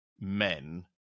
men